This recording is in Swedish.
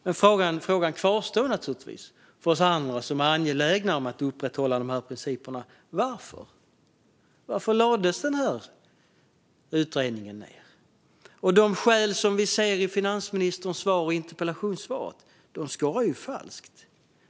Men frågan kvarstår naturligtvis hos oss andra, som är angelägna om att upprätthålla de här principerna: Varför lades denna utredning ned? De skäl som finansministern ger i sitt interpellationssvar skorrar falskt.